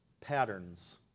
patterns